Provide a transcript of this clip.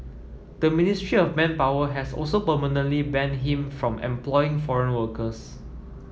the Ministry of Manpower has also permanently banned him from employing foreign workers